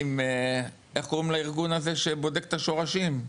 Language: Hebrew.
איך קוראים לארגון הזה שבודק את השורשים?